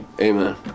Amen